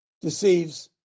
deceives